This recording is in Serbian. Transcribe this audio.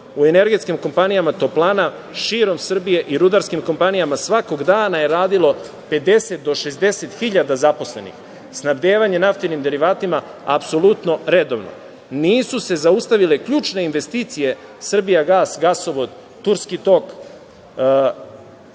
energetskim kompanijama, toplanama širom Srbije i rudarskim kompanijama svakog dana je radilo 50.000 do 60.000 zaposlenih. Snabdevanje naftnim derivatima, apsolutno redovno. Nisu se zaustavile ključne investicije „Srbijagas“ gasovod, Turski tok, Novi